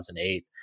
2008